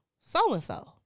so-and-so